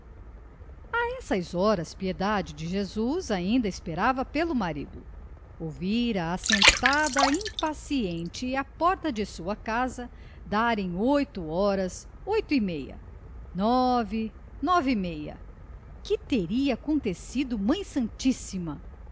a essas horas piedade de jesus ainda esperava pelo marido ouvira assentada impaciente à porta de sua casa darem oito horas oito e meia nove nove e meia que teria acontecido mãe santíssima